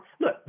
look